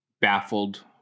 baffled